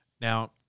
Now